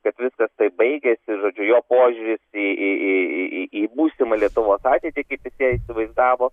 kad viskas taip baigėsi ir žodžiu jo požiūris į į į į į į būsimą lietuvos ateitį kaip jis ją įsivaizdavo